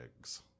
eggs